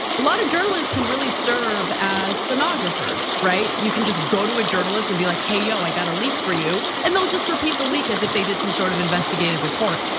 a lot of journalists can really serve as stenographers. right? you can just go to a journalist and be like, hey, yo, i got a leak for you. and they'll just repeat the leak as if they did some sort of investigative report.